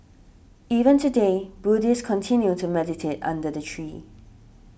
even today Buddhists continue to meditate under the tree